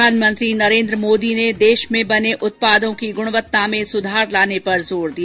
प्रधानमंत्री नरेन्द्र मोदी ने देश में बने उत्पादों की गुणवत्ता में सुधार लाने पर जोर दिया